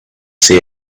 see